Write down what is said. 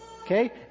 okay